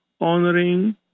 honoring